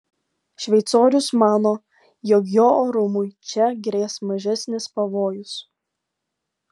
šveicorius mano jog jo orumui čia grės mažesnis pavojus